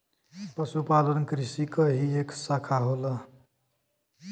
पशुपालन कृषि क ही एक साखा होला